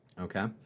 Okay